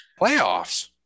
playoffs